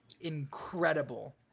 incredible